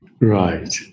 Right